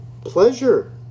pleasure